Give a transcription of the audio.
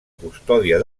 custòdia